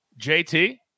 JT